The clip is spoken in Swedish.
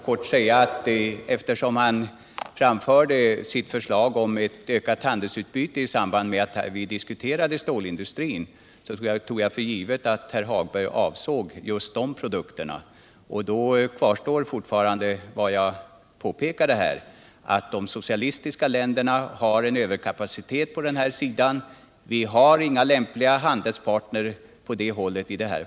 Herr talman! Eftersom herr Hagberg framförde sitt förslag om ett ökat handelsutbyte i samband med att vi diskuterade stålindustrin tog jag för givet att han avsåg just dessa produkter. Mot den bakgrunden kvarstår vad jag påpekade här, nämligen att de socialistiska länderna har en överkapacitet i detta avseende, och de är inga lämpliga handelspartner till oss.